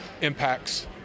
impacts